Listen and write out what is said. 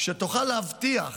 שנוכל להבטיח